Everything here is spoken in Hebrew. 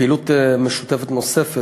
פעילות משותפת נוספת,